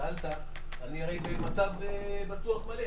אמרת שאתה במצב בטוח מלא,